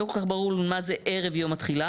לא כל כך ברור לנו מה זה ערב יום התחילה.